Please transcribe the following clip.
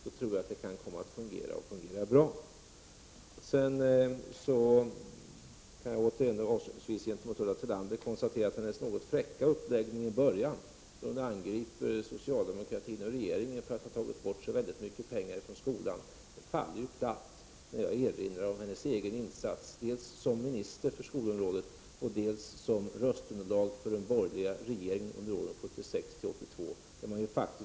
Jag tror att det kan komma att fungera och att det kommer att fungera bra. Jag kan avslutningsvis konstatera att Ulla Tillanders något fräcka uppläggning av resonemanget i början av sitt inlägg, där hon angriper socialdemokratin och regeringen för att de tagit bort så väldigt mycket pengar från skolan, faller platt till marken. Jag erinrar om hennes egen insats dels som minister för skolområdet, dels som röstunderlag för den borgerliga regeringen under åren 1976-1982.